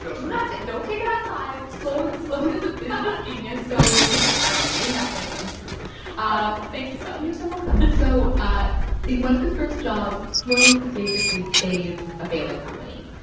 do not don't take it outside. sloan sloan is a business genius. so, you know, i don't know. maybe that's like rund too ah thank you, sally you're so welcome. so ah in one of his first jobs, sloan, basically, saves a failing company.